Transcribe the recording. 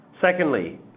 Secondly